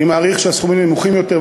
אני מעריך שהסכומים נמוכים יותר,